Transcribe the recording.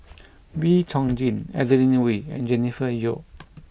Wee Chong Jin Adeline Ooi and Jennifer Yeo